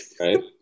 Right